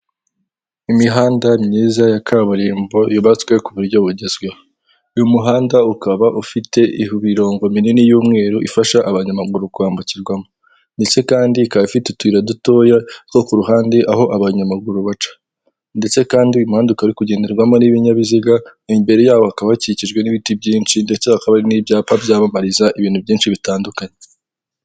Imihanda myiza ya kaburimbo yubatswe ku buryo bugezweho, uyu muhanda ukaba ufite imirongo minini y'umweru ifasha abanyamaguru kwambukirwamo, ndetse kandi ikaba ifite utuyira dutoya two ku ruhande aho abanyamaguru baca, ndetse kandi uyu muhanda ukaba uri kugenderwamo n'ibinyabiziga, imbere yabo hakaba hakikijwe n'ibiti byinshi, ndetse hakaba n'ibyapa byamamariza ibintu byinshi bitandukanye.